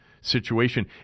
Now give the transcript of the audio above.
situation